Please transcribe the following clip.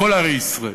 בכל ערי ישראל,